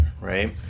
right